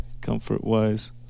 Comfort-wise